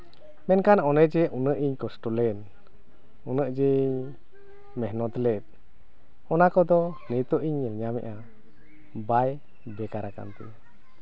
ᱢᱮᱱᱠᱷᱟᱱ ᱚᱱᱮ ᱡᱮ ᱩᱱᱟᱹᱜ ᱤᱧ ᱠᱚᱥᱴᱚ ᱞᱮᱱ ᱩᱱᱟᱹᱜ ᱡᱤᱧ ᱢᱮᱦᱱᱚᱛ ᱞᱮᱫ ᱚᱱᱟ ᱠᱚᱫᱚ ᱱᱤᱛᱚᱜ ᱤᱧ ᱧᱮᱞ ᱧᱟᱢᱮᱫᱼᱟ ᱵᱟᱭ ᱵᱷᱮᱜᱟᱨ ᱠᱟᱱ ᱛᱤᱧᱟ